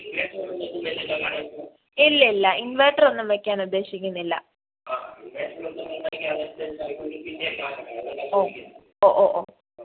ഇല്ലല്ല ഇൻവട്ടർ ഒന്നും വയ്ക്കാൻ ഉദ്ദേശിക്കുന്നില്ല ഓ ഓ ഓ ഓ